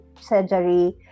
surgery